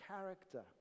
character